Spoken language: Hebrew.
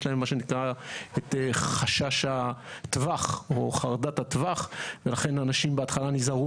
יש להם את חרדת הטווח ולכן אנשים בהתחלה נזהרו